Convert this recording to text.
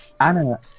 Anna